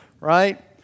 right